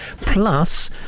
Plus